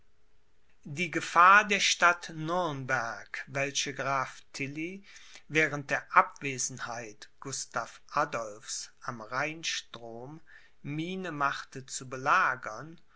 die gefahr der stadt nürnberg welche graf tilly während der abwesenheit gustav adolphs am rheinstrom miene machte zu belagern